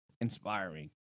inspiring